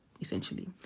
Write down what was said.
essentially